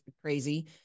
crazy